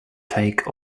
take